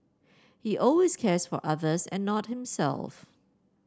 he always cares for others and not himself